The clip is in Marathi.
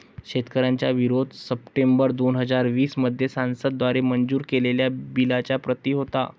शेतकऱ्यांचा विरोध सप्टेंबर दोन हजार वीस मध्ये संसद द्वारे मंजूर केलेल्या बिलच्या प्रति होता